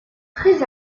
très